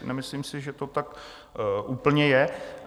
Nemyslím si, že to tak úplně je.